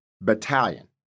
battalion